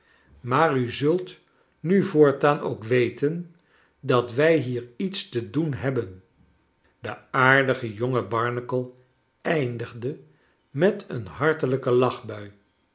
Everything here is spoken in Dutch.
maar u zult nu voortaan ook weten dat wij hier iets te doen hebben de aardige jonge barnacle eindigde met een hartelijke lachbui